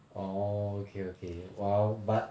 oh okay okay !wow! but